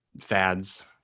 fads